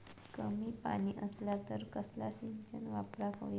कमी पाणी असला तर कसला सिंचन वापराक होया?